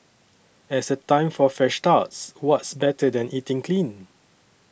as a time for fresh starts what's better than eating clean